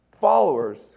followers